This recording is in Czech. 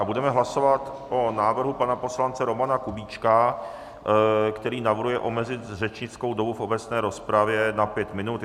Budeme hlasovat o návrhu pana poslance Romana Kubíčka, který navrhuje omezit řečnickou dobu v obecné rozpravě na pět minut.